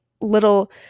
little